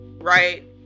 right